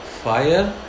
fire